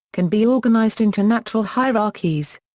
can be organized into natural hierarchies.